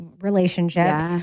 relationships